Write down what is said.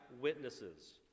witnesses